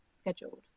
scheduled